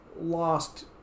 lost